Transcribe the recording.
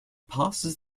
passes